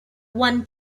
won